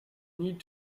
need